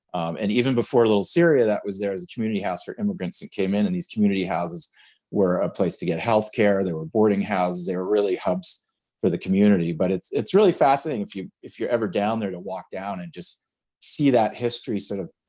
and even before a little syria that was there as a community house for immigrants that came in and these community houses were a place to get health care they were boarding houses, they were really hubs for the community. but it's it's really fascinating if you if you're ever down there to walk down and just see that history sort of,